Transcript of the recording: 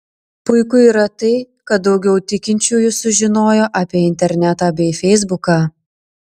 puiku yra tai kad daugiau tikinčiųjų sužinojo apie internetą bei feisbuką